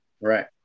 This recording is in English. Right